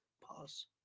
Pause